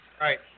Right